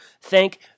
Thank